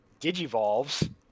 digivolves